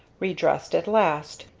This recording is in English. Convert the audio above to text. redressed at last,